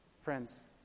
Friends